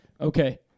Okay